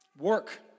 Work